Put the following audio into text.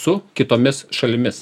su kitomis šalimis